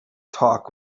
talk